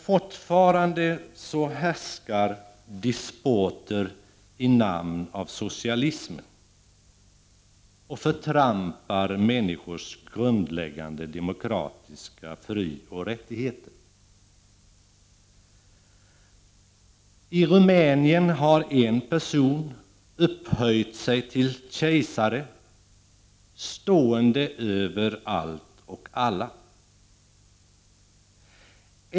Fortfarande härskar despoter i namn av socialismen och förtrampar människors grundläggande demokratiska frioch rättigheter. I Rumänien har en person upphöjt sig till kejsare, stående över allt och alla.